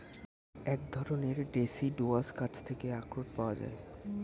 এক ধরণের ডেসিডুয়াস গাছ থেকে আখরোট পাওয়া যায়